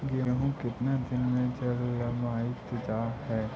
गेहूं केतना दिन में जलमतइ जा है?